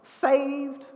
saved